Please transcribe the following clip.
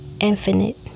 infinite